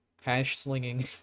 hash-slinging